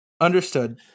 Understood